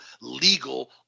legal